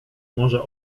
może